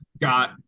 Got